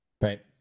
right